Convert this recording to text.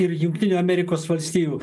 ir jungtinių amerikos valstijų